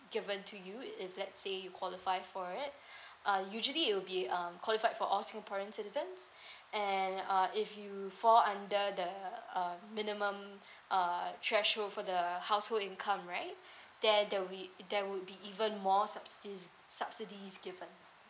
given to you if let's say you qualified for it uh usually it will be um qualified for all singaporean citizens and uh if you fall under the uh minimum uh threshold for the household income right there there will there would be even more subsidies subsidies given